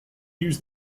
use